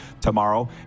tomorrow